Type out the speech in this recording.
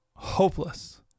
Hopeless